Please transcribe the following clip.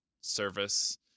service